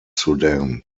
sudan